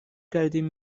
کردیم